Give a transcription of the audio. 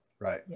Right